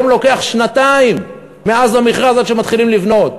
היום לוקח שנתיים מהמכרז עד שמתחילים לבנות.